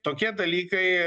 tokie dalykai